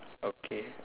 okay